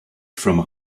from